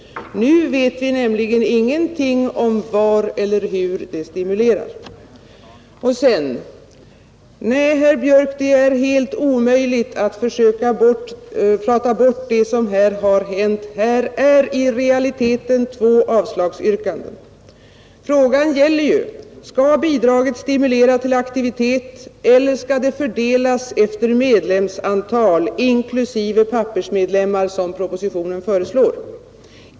Nu vet vi nämligen ingenting om var eller hur det stimulerar, Och sedan: Nej, herr Björk i Göteborg, det är helt omöjligt att prata bort det som hänt. Här finns i realiteten två avslagsyrkanden. Frågan gäller ju: Skall bidragen stimulera till aktivitet eller skall de fördelas efter medlemsantal, inklusive pappersmedlemmar som propositionen föreslår?